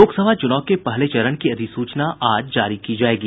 लोकसभा चुनाव के पहले चरण की अधिसूचना आज जारी की जाएगी